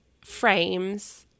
frames